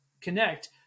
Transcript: connect